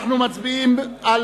אנחנו מצביעים על